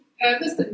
purpose